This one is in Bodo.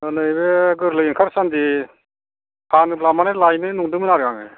नैबे गोरलै ओंखारसान्दि फानोब्ला माने लायनो सानदोंमोन आरो आङो